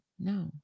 No